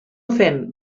fem